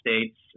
states